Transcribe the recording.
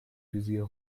visier